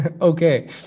okay